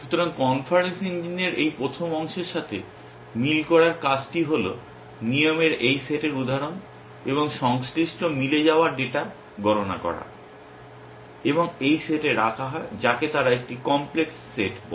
সুতরাং ইনফারেন্স ইঞ্জিনের এই প্রথম অংশের সাথে মিল করার কাজটি হল নিয়মের এই সেটের উদাহরণ এবং সংশ্লিষ্ট মিলে যাওয়া ডেটা গণনা করা এবং এই সেটে রাখা হয় যাকে তারা একটি কমপ্লেক্স সেট বলে